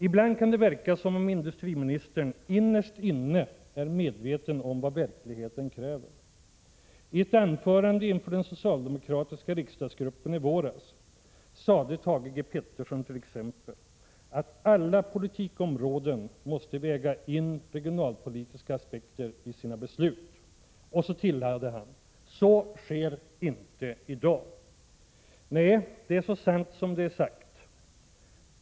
Ibland kan det verka som om industriministern innerst inne är medveten om vad verkligheten kräver. I ett anförande inför den socialdemokratiska riksdagsgruppen i våras sade Thage Peterson t.ex. att ”alla politikområden måste väga in regionalpolitiska aspekter i sina beslut”, och så tillade han, att ”så sker inte i dag”. Nej, det är så sant som det är sagt.